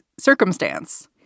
circumstance